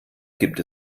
gibt